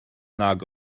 nag